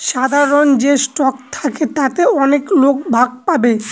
সাধারন যে স্টক থাকে তাতে অনেক লোক ভাগ পাবে